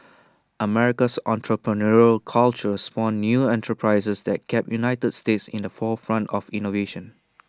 America's entrepreneurial culture spawned new enterprises that kept the united states in the forefront of innovation